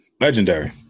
legendary